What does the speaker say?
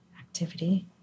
activity